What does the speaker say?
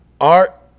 art